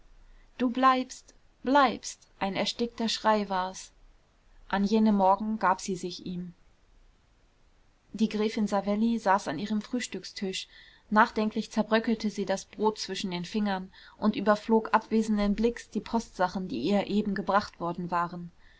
du bleibst bleibst ein erstickter schrei war's an jenem morgen gab sie sich ihm die gräfin savelli saß an ihrem frühstückstisch nachdenklich zerbröckelte sie das brot zwischen den fingern und überflog abwesenden blicks die postsachen die ihr eben gebracht worden waren